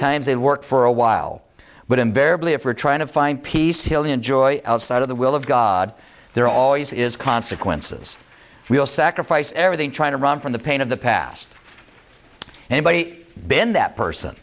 times it worked for a while but invariably if we're trying to find peace hilly and joy outside of the will of god there always is consequences we will sacrifice everything trying to run from the pain of the past anybody been that person